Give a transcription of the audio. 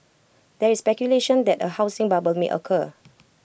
there is speculation that A housing bubble may occur